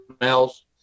else